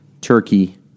turkey